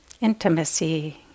intimacy